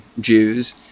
Jews